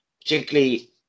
particularly